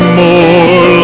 more